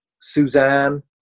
Suzanne